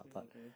mm okay